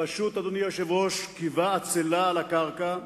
פשוט, אדוני היושב-ראש, שכיבה עצלה על הקרקע,